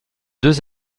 deux